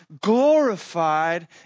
glorified